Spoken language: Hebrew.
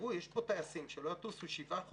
יש פה טייסים שלא יטוסו שבעה חודשים,